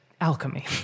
alchemy